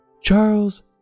Charles